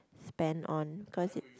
spend on because